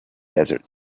desert